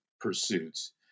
pursuits